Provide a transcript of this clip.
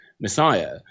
Messiah